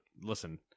listen